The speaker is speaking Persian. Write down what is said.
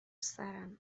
سرم